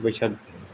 बैसाग